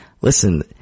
Listen